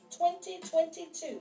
2022